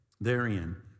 therein